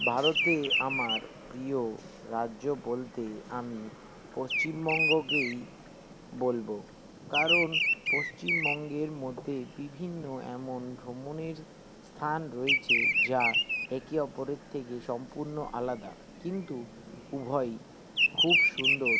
ভারতে আমার প্রিয় রাজ্য বলতে আমি পশ্চিমবঙ্গকেই বলবো কারণ পশ্চিমবঙ্গের মধ্যে বিভিন্ন এমন ভ্রমণের স্থান রয়েছে যা একে অপরের থেকে সম্পূর্ণ আলাদা কিন্তু উভয়েই খুব সুন্দর